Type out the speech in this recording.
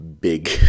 big